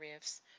riffs